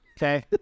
okay